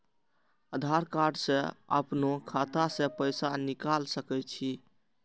आधार कार्ड से अपनो खाता से पैसा निकाल सके छी?